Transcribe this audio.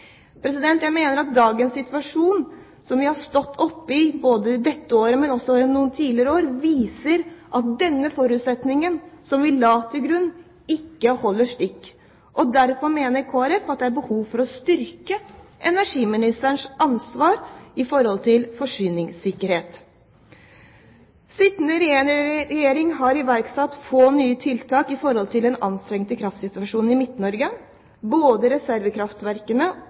Jeg mener at dagens situasjon – som vi har stått oppe i i dette året, men også i tidligere år – viser at den forutsetningen vi la til grunn, ikke holder stikk. Derfor mener Kristelig Folkeparti at det er behov for å styrke energiministerens ansvar når det gjelder forsyningssikkerhet. Den sittende regjeringen har iverksatt få nye tiltak når det gjelder den anstrengte kraftsituasjonen i Midt-Norge. Både reservekraftverkene